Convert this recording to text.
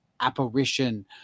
apparition